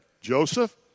Joseph